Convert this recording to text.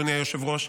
אדוני היושב-ראש,